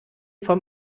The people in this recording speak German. vom